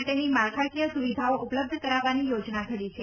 માટેની માળખાકીય સુવિધાઓ ઉપલબ્ધ કરાવવાની યોજના ઘડી છે